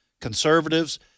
conservatives